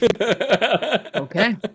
Okay